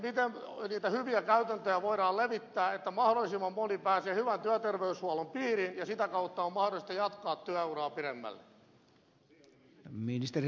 miten niitä hyviä käytäntöjä voidaan levittää että mahdollisimman moni pääsee hyvän työterveyshuollon piiriin ja sitä kautta on mahdollista jatkaa työuraa pidemmälle